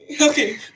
Okay